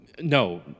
No